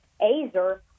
azer